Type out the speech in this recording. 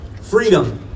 Freedom